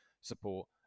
support